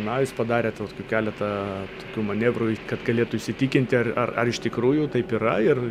na jis padarė tokių keletą tokių manevrų kad galėtų įsitikinti ar ar ar iš tikrųjų taip yra ir